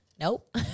Nope